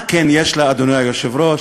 מה כן יש לה, אדוני היושב-ראש?